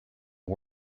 out